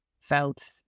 felt